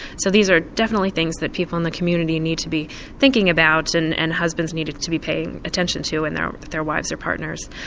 so these are definitely things that people in the community need to be thinking about and and husbands need to be paying attention to in their their wives or partners.